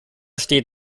steht